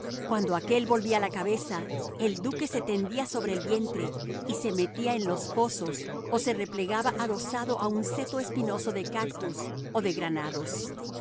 cuando aquél volvía la cabeza el duque se tendía sobre el vientre y se metía en los fosos o se replegaba adosado a un seto espinoso de cactus o de granados